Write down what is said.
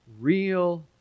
real